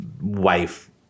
wife